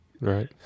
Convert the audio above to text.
Right